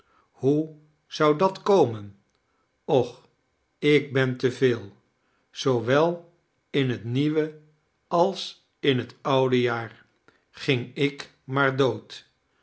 hoe zou dat komen och ik ben te veel zoowel in het nieuwe als in het oude jaar ging ik maar dood